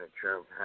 Trump